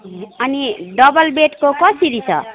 ए अनि डबल बेडको कसरी छ